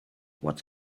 what